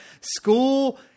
school